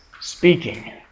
Speaking